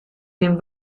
den